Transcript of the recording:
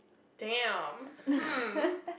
damn hmm